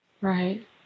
Right